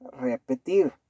repetir